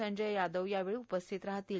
संजय यादव यावेळी उपस्थित राहणार आहेत